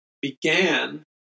began